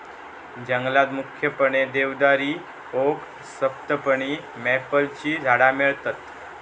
जंगलात मुख्यपणे देवदारी, ओक, सप्तपर्णी, मॅपलची झाडा मिळतत